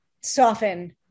soften